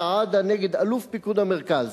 סעאדה נגד אלוף פיקוד העורף,